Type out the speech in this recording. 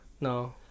no